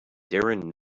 darren